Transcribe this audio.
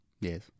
Yes